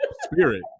spirit